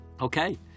Okay